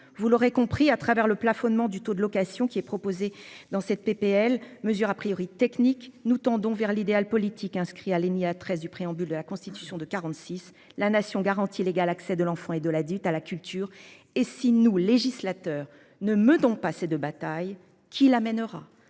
Vous l'aurez compris à travers le plafonnement du taux de location qui est proposé dans cette PPL mesure a priori technique nous tendons vers l'idéal politique inscrit à l'ennemi a 13 du préambule de la Constitution de 46, la nation garantit l'égal accès de l'enfant et de l'adulte à la culture et si nous, législateurs ne me donc passer de bataille qui la mènera